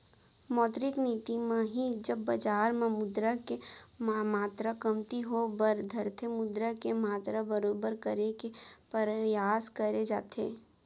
मौद्रिक नीति म ही जब बजार म मुद्रा के मातरा कमती होय बर धरथे मुद्रा के मातरा बरोबर करे के परयास करे जाथे